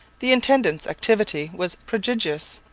the intendant's activity was prodigious.